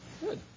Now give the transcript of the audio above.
Good